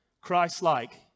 Christ-like